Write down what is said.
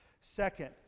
Second